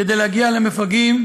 כדי להגיע למפגעים,